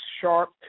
sharp